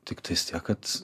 tiktais tiek kad